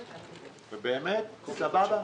באמת, סבבה.